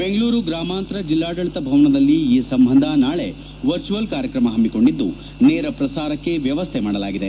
ಬೆಂಗಳೂರು ಗ್ರಾಮಾಂತರ ಜಿಲ್ಲಾಡಳಿತ ಭವನದಲ್ಲಿ ಈ ಸಂಬಂಧ ನಾಳಿ ವರ್ಚುಯಲ್ ಕಾರ್ಯಕ್ರಮ ಹಮ್ಮಿಕೊಂಡಿದ್ದು ನೇರ ಪ್ರಸಾರಕ್ಕೆ ವ್ಯವಸ್ಠೆ ಮಾಡಲಾಗಿದೆ